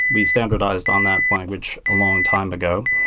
we standardized on that language a long time ago.